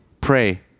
Pray